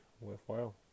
worthwhile